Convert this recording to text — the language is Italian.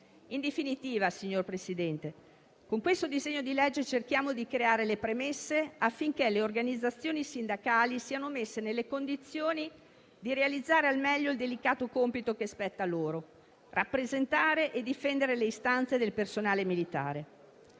In definitiva, signor Presidente, con questo disegno di legge cerchiamo di creare le premesse affinché le organizzazioni sindacali siano messe nelle condizioni di realizzare al meglio il delicato compito che spetta loro: rappresentare e difendere le istanze del personale militare.